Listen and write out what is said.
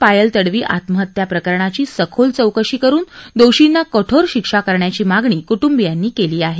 पायल तडवी आत्महत्याप्रकरणाची सखोल चौकशी करुन दोषींना कठोर शिक्षा करण्याची मागणी कुटुंबियांनी केली आहे